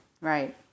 Right